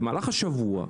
במהלך השבוע,